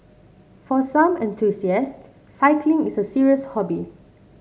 for some enthusiast cycling is a serious hobby